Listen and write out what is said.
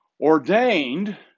ordained